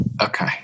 Okay